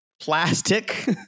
plastic